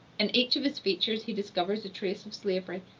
in each of his features he discovers a trace of slavery,